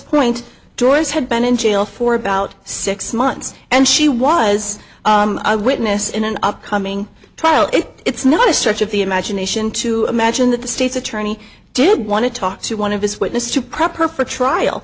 point doris had been in jail for about six months and she was a witness in an upcoming trial if it's not a stretch of the imagination to imagine that the state's turny did want to talk to one of his witness to proper for trial